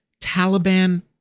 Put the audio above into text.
Taliban